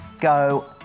go